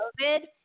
COVID